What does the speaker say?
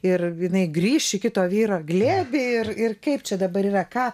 ir jinai grįš į kito vyro glėbį ir ir kaip čia dabar yra ką